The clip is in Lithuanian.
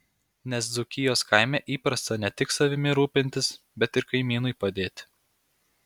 nes dzūkijos kaime įprasta ne tik savimi rūpintis bet ir kaimynui padėti